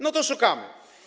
No to szukamy.